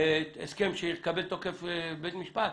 הסכם שיקבל תוקף בית משפט.